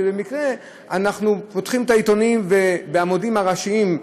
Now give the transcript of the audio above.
כשבמקרה אנחנו פותחים את העיתונים בעמודים הראשיים,